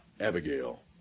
Abigail